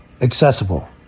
accessible